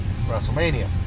WrestleMania